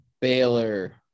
Baylor